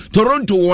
Toronto